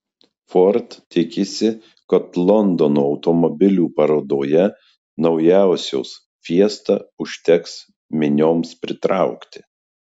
ford tikisi kad londono automobilių parodoje naujosios fiesta užteks minioms pritraukti